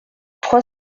trois